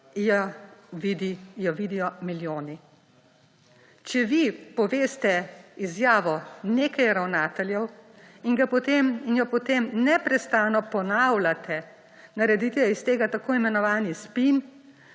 jo vidijo milijoni. Če vi poveste izjavo nekaj ravnateljev in jo potem neprestano ponavljate, naredite iz tega tako imenovani spin,